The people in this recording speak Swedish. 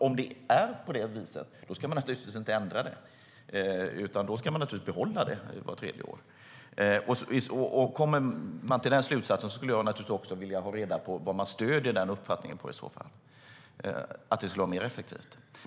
Om det är på det viset ska man naturligtvis inte ändra det utan behålla det vid vart tredje år. Kommer man till den slutsatsen skulle jag vilja ha reda på vad man i så fall stöder den uppfattningen på.